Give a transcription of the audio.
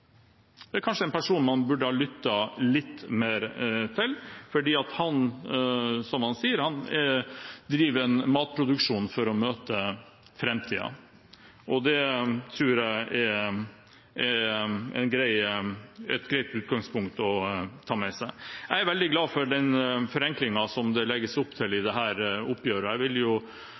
Dette er kanskje en person man burde lyttet litt mer til, for han driver – som han sier – en matproduksjon for å møte framtiden. Det tror jeg er et greit utgangspunkt å ta med seg. Jeg er veldig glad for den forenklingen det legges opp til i dette oppgjøret. Jeg vil